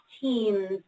Teams